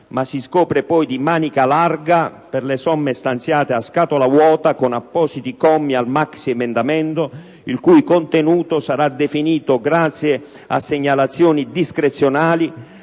ma si scopre poi di manica larga per le somme stanziate a scatola vuota, con appositi commi al maxiemendamento, il cui contenuto sarà definito grazie a segnalazioni discrezionali,